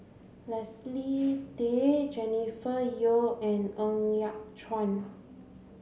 Leslie Tay Jennifer Yeo and Ng Yat Chuan